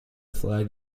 flag